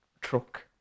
truck